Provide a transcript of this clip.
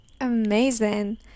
amazing